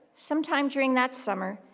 some time during that summer,